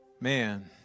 Man